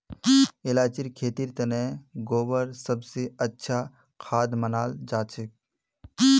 इलायचीर खेतीर तने गोबर सब स अच्छा खाद मनाल जाछेक